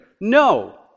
No